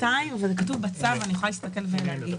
זה כתוב בצו, אני יכולה להסתכל ולהגיד.